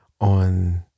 on